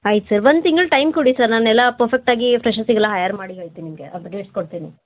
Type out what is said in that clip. ಆಯ್ತು ಸರ್ ಒಂದು ತಿಂಗ್ಳು ಟೈಮ್ ಕೊಡಿ ಸರ್ ನಾನೆಲ್ಲ ಪಫೆಕ್ಟಾಗಿ ಫ್ರೆಶರ್ಸಿಗೆಲ್ಲ ಹಯರ್ ಮಾಡಿ ಹೇಳ್ತೀನಿ ನಿಮಗೆ ಅಪ್ಡೇಟ್ಸ್ ಕೊಡ್ತೀನಿ